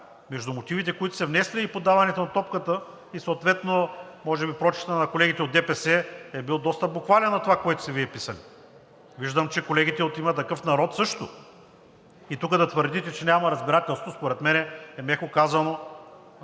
между мотивите, които сте внесли, и подаването на топката, и съответно може би прочитът на колегите от ДПС е бил доста буквален на това, което Вие сте писали. Виждам, че колегите от „Има такъв народ“ също. И тук да твърдите, че няма разбирателство, според мен е, меко казано,